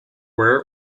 where